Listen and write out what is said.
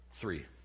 Three